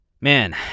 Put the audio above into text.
Man